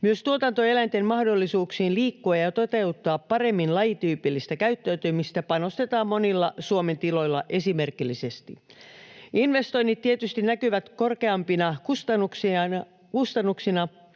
Myös tuotantoeläinten mahdollisuuksiin liikkua ja toteuttaa paremmin lajityypillistä käyttäytymistä panostetaan monilla Suomen tiloilla esimerkillisesti. Investoinnit tietysti näkyvät korkeampina kustannuksina, ja olisikin